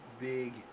big